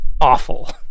awful